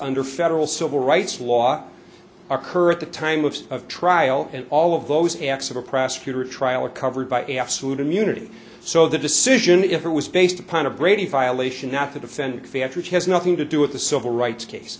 under federal civil rights law are current the time of trial and all of those acts of a prosecutor trial are covered by absolute immunity so the decision if it was based upon a brady file ation not the defendant theatrical has nothing to do with the civil rights case